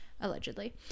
Allegedly